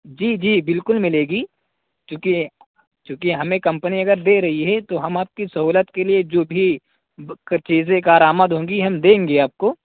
جی جی بالکل ملے گی چوںکہ چوںکہ ہمیں کمپنی اگر دے رہی ہے تو ہم آپ کی سہولت کے لیے جو بھی چیزیں کارآمد ہوں گی ہم دیں گے آپ کو